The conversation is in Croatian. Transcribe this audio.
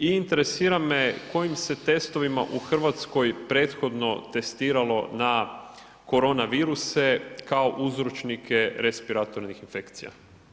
I interesira me kojim se testovima u RH prethodno testiralo na koronaviruse kao uzročnike respiratornih infekcija?